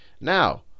Now